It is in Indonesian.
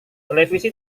televisi